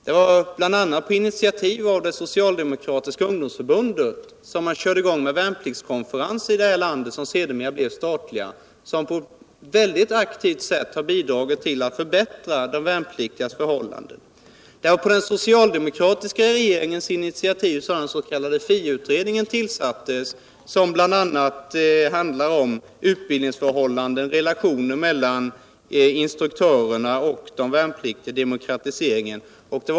Det var på initiativ av bl.a. det socialdemokratiska ungdomsförbundet som man i det här landet körde i gång med värnpliktskonferenser. Dessa har på ett mycket aktivt sätt bidragit till att förbättra de värnpliktigas förhållanden. Det var den socialdemokratiska regeringen som tillsatte den utredning som bl.a. behandlar utbildningsförhållanden, relationer mellan instruktörerna och de värnpliktiga samt demokratiseringen.